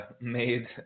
made